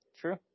True